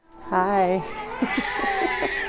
Hi